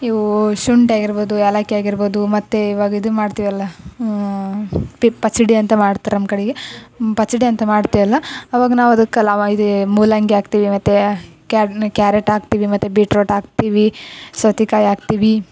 ಇವು ಶುಂಠಿಯಾಗಿರ್ಬೌದು ಯಾಲಕ್ಕೊಯಾಗಿರ್ಬೌದು ಮತ್ತು ಇವಾಗ ಇದು ಮಾಡ್ತೀವಲ್ಲಾ ಪಿ ಪಚಡಿ ಅಂತ ಮಾಡ್ತಾರೆ ನಮ್ಮ ಕಡೆಗೆ ಪಚಡಿ ಅಂತ ಮಾಡ್ತೀವಲ್ಲ ಅವಾಗ ನಾವು ಅದಕ್ಕೆ ಇದು ಮೂಲಂಗಿ ಹಾಕ್ತೀವಿ ಮತ್ತೆ ಕ್ಯಾರೆಟ್ ಹಾಕ್ತೀವಿ ಮತ್ತು ಬೀಟ್ರೋಟ್ ಹಾಕ್ತೀವಿ ಸೌತೇಕಾಯಿ ಹಾಕ್ತೀವಿ